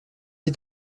dix